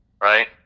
Right